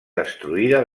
destruïda